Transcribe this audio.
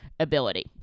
ability